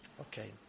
Okay